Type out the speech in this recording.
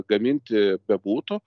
gaminti bebūtų